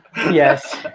Yes